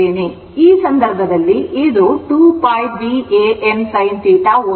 ಆದ್ದರಿಂದ ಈ ಸಂದರ್ಭದಲ್ಲಿ ಇದು 2 π B A N sin θ ವೋಲ್ಟ್ಗಳು